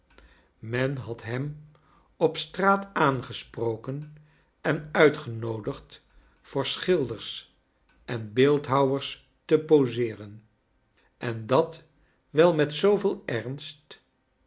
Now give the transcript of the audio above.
men had hem op straat aangesproken en uitgenoodigd voor schilders en beeldhouwers te poseeren en dat wel met zooveel ernst